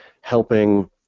helping